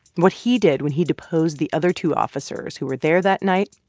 what he did when he deposed the other two officers who were there that night,